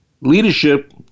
Leadership